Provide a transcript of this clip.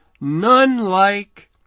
none-like